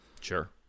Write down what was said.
Sure